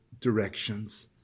directions